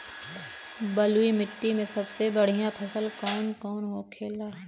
बलुई मिट्टी में सबसे बढ़ियां फसल कौन कौन होखेला?